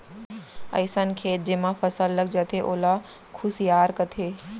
अइसन खेत जेमा फसल गल जाथे ओला खुसियार कथें